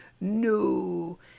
No